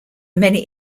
many